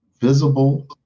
visible